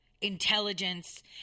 intelligence